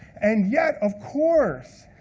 and yet, of course,